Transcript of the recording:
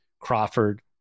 Crawford